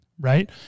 right